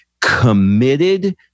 committed